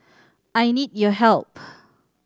I need your help